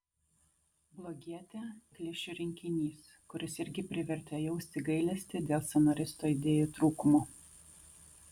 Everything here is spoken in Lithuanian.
blogietė klišių rinkinys kuris irgi privertė jausti gailesti dėl scenaristo idėjų trūkumo